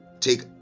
Take